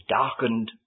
darkened